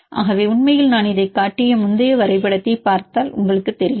ஆகவே உண்மையில் நான் இதைக் காட்டிய முந்தைய வரைபடத்தைப் பார்த்தால் தெரியும்